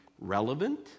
relevant